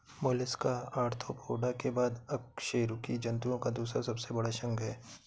Mollusca Arthropoda के बाद अकशेरुकी जंतुओं का दूसरा सबसे बड़ा संघ है